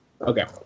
Okay